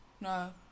no